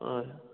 ꯍꯣꯏ